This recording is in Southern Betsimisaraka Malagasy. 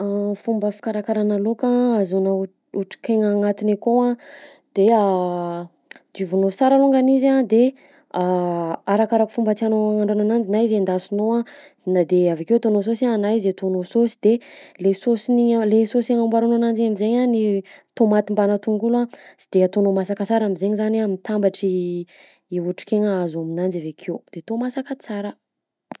Fomba fikarakarana laoka ahazoana o- otrikaigna agnatiny akao a: de diovinao sara alongany izy a de arakaraka fomba tianao agnandrana ananjy na izy endasinao a na- de avy akeo ataonao saosy a na izy ataonao saosy de le saosiny igny a- le saosy agnamboaranao ananjy i am'zainy a ny tômaty mbanà tongolo a, sy de ataonao masaka sara am'zainy zany a mitambatry i otrikaigna azo aminanjy avy akeo, de atao masaka tsara.